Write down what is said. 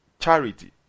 charity